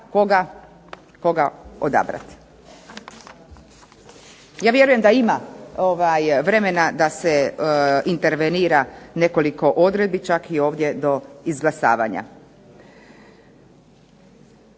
koga odabrati. Ja vjerujem da ima vremena da se intervenira nekoliko odredbi čak i ovdje do izglasavanja.